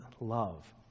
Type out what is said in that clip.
love